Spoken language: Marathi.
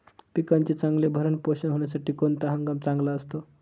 पिकाचे चांगले भरण पोषण होण्यासाठी कोणता हंगाम चांगला असतो?